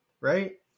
right